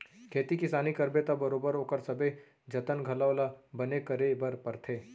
खेती किसानी करबे त बरोबर ओकर सबे जतन घलौ ल बने करे बर परथे